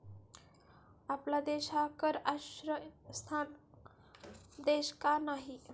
आपला देश हा कर आश्रयस्थान देश का नाही?